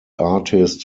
artist